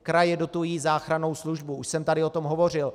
Kraje dotují záchrannou službu, už jsem tady o tom hovořil.